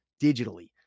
digitally